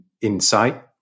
insight